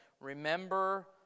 remember